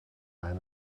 men